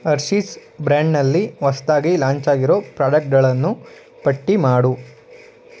Hershey's ಬ್ರ್ಯಾಂಡ್ನಲ್ಲಿ ಹೊಸ್ದಾಗಿ ಲಾಂಚಾಗಿರೋ ಪ್ರಾಡಕ್ಟ್ಗಳನ್ನು ಪಟ್ಟಿ ಮಾಡು